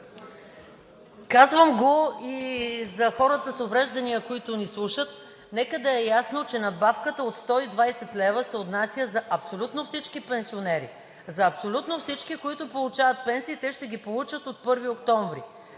Казвам го и за хората с увреждания, които ни слушат. Нека да е ясно, че надбавката от 120 лв. се отнася за абсолютно всички пенсионери. За абсолютно всички, които получават пенсии, и те ще ги получат от 1 октомври.